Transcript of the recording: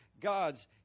God's